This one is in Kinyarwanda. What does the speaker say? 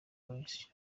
boys